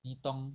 移动